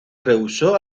rehusó